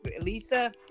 lisa